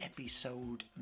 Episode